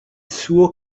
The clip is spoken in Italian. suo